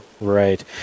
Right